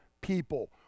people